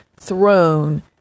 throne